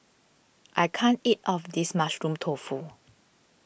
I can't eat all of this Mushroom Tofu